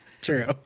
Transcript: True